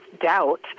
doubt